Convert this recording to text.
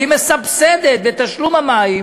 היא מסבסדת בתשלום המים